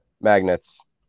Magnets